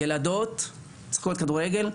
ילדות משחקות כדורגל,